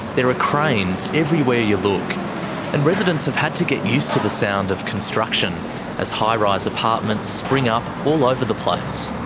there are cranes everywhere you look. and residents have had to get used to the sound of construction as high-rise apartments spring up all over the place.